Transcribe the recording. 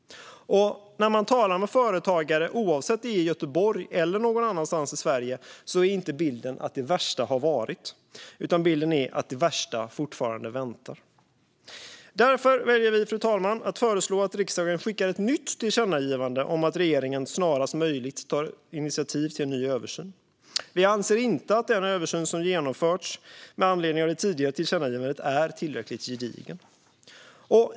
När man talar med företagare, oavsett om det är i Göteborg eller någon annanstans i Sverige, är inte bilden att det värsta har varit utan att det värsta fortfarande väntar. Därför väljer vi, fru talman, att föreslå att riksdagen skickar ett nytt tillkännagivande om att regeringen snarast möjligt ska ta initiativ till en ny översyn. Vi anser inte att den översyn som har genomförts med anledning av det tidigare tillkännagivandet är tillräckligt gedigen.